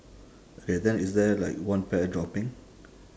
okay then is there like one pear dropping